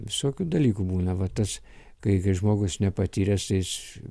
visokių dalykų būna va tas kai kai žmogus nepatyręs tai jis